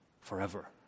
forever